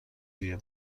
بوی